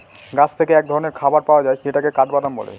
গাছ থেকে এক ধরনের খাবার পাওয়া যায় যেটাকে কাঠবাদাম বলে